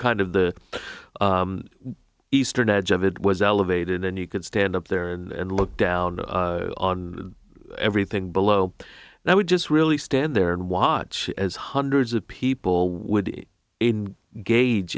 kind of the eastern edge of it was elevated then you could stand up there and look down on everything below that would just really stand there and watch as hundreds of people would be in gauge